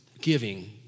Giving